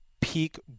peak